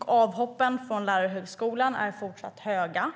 Avhoppen från lärarhögskolan är fortsatt höga.